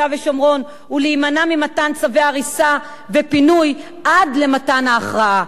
ושומרון ולהימנע ממתן צווי הריסה ופינוי עד למתן הכרעה.